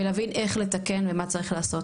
ולהבין איך לתקן ומה צריך לעשות,